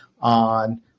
on